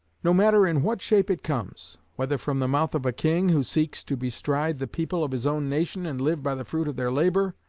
no matter in what shape it comes, whether from the mouth of a king who seeks to bestride the people of his own nation and live by the fruit of their labor,